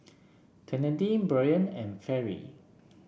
Kennedi Brion and Fairy